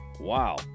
Wow